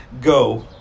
Go